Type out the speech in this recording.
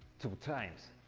two times.